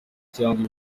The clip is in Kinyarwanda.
cyangwa